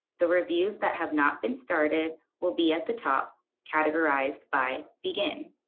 the reviews that have not been started will be at the top categorized by begin.